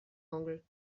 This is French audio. angles